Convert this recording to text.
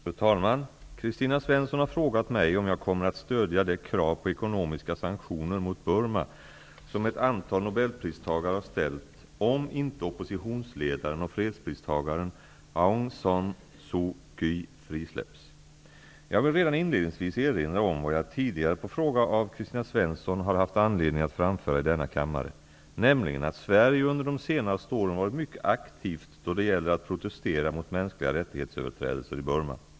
Fru talman! Kristina Svensson har frågat mig om jag kommer att stödja det krav på ekonomiska sanktioner mot Burma som ett antal nobelpristagare har ställt om inte oppositionsledaren och fredspristagaren Aung San Jag vill redan inledningsvis erinra om vad jag tidigare på fråga av Kristina Svensson har haft anledning att framföra i denna kammare, nämligen att Sverige under de senaste åren varit mycket aktivt då det gäller att protestera mot mänskliga rättighetsöverträdelser i Burma.